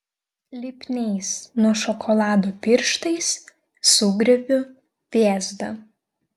lipniais nuo šokolado pirštais sugriebiu vėzdą